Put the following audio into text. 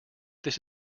this